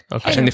Okay